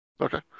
okay